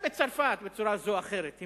גם בצרפת היא מתערבת בצורה זו או אחרת.